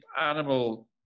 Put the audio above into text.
animal